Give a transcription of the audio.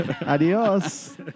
Adios